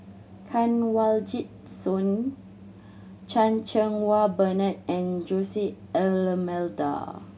Kanwaljit Soin Chan Cheng Wah Bernard and Jose D'Almeida